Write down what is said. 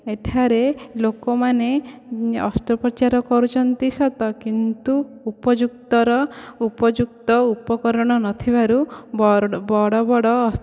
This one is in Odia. ଏଠାରେ ଲୋକମାନେ ଅସ୍ତ୍ରୋପଚାର କରୁଛନ୍ତି ସତ କିନ୍ତୁ ଉପଯୁକ୍ତର ଉପଯୁକ୍ତ ଉପକରଣ ନଥିବାରୁ ବଡ଼ ବଡ଼ ବଡ଼